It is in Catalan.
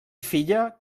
filla